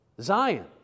Zion